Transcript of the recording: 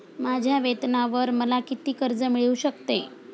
माझ्या वेतनावर मला किती कर्ज मिळू शकते?